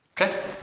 Okay